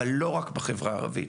אבל לא רק בחברה הערבית.